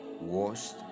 washed